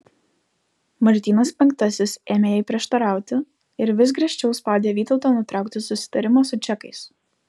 martynas penktasis ėmė jai prieštarauti ir vis griežčiau spaudė vytautą nutraukti susitarimą su čekais